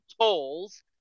Tolls